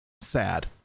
sad